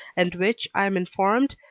and which, i am informed,